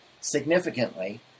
significantly